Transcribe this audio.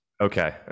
Okay